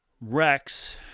Rex